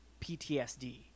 ptsd